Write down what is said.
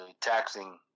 taxing